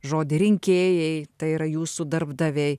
žodį rinkėjai tai yra jūsų darbdaviai